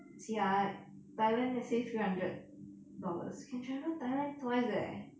see right thailand let's say three hundred dollars can travel thailand twice eh